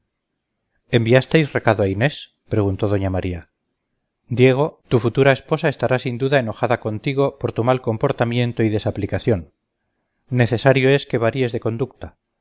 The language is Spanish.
enviasteis recado a inés preguntó doña maría diego tu futura esposa estará sin duda enojada contigo por tu mal comportamiento y desaplicación necesario es que varíes de conducta